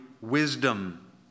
wisdom